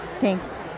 Thanks